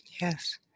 Yes